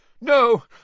No